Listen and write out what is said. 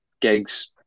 gigs